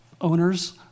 owners